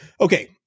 Okay